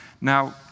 Now